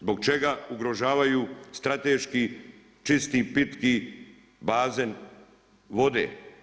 Zbog čega ugrožavaju strateški čisti, pitki bazen vode?